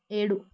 ఏడు